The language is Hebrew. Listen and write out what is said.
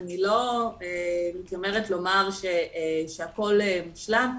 אני לא מתיימרת לומר שהכול מושלם,